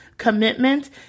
commitment